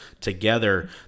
together